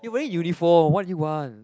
you wear uniform what you want